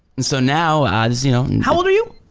and so now as you know how old are you?